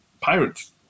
pirates